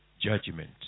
judgment